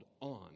on